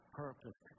purpose